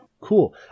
Cool